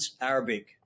Arabic